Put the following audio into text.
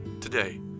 today